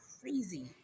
crazy